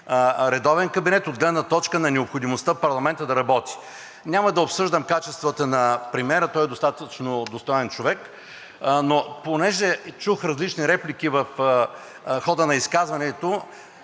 редовен кабинет от гледна точка на необходимостта парламентът да работи. Няма да обсъждам качествата на премиера, той е достатъчно достоен човек, но понеже чух различни реплики в хода на изказването,